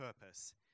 purpose